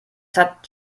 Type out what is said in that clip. hat